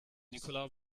nikola